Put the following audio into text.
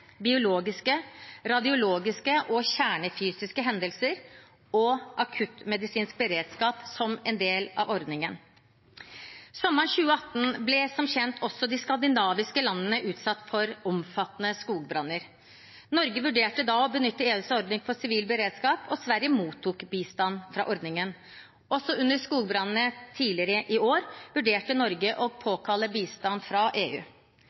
biologiske, radiologiske og kjernefysiske hendelser og akuttmedisinsk beredskap som en del av ordningen. Sommeren 2018 ble som kjent også de skandinaviske landene utsatt for omfattende skogbranner. Norge vurderte da å benytte EUs ordning for sivil beredskap, og Sverige mottok bistand fra ordningen. Også under skogbrannene tidligere i år vurderte Norge å påkalle bistand fra EU.